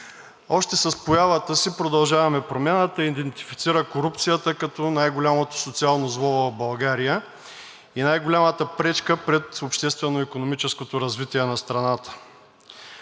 Още с появата си „Продължаваме Промяната“ идентифицира корупцията като най-голямото социално зло в България и най-голямата пречка пред обществено-икономическото развитие на страната.